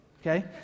okay